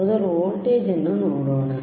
ಮೊದಲು ವೋಲ್ಟೇಜ್ ಅನ್ನು ನೋಡೋಣ